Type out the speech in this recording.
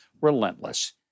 Relentless